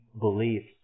beliefs